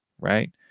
right